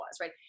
right